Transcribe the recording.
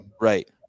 right